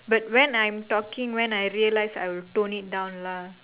but when I'm talking when I realize I will tone it down lah